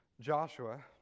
Joshua